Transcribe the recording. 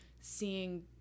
seeing